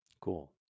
cool